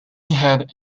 had